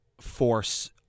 force